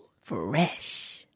Fresh